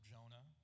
Jonah